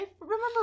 remember